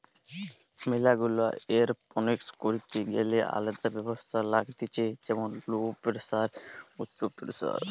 ম্যালা গুলা এরওপনিক্স করিতে গ্যালে আলদা ব্যবস্থা লাগতিছে যেমন লো প্রেসার, উচ্চ প্রেসার